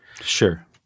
Sure